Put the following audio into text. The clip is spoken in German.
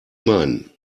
meinen